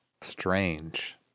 Strange